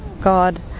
God